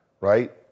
right